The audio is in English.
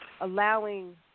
allowing